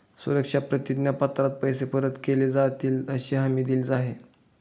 सुरक्षा प्रतिज्ञा पत्रात पैसे परत केले जातीलअशी हमी दिली आहे